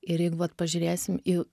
ir jeigu vat pažiūrėsim į